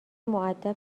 مودب